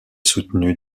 soutenu